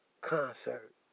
concert